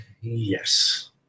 yes